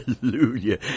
Hallelujah